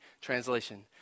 translation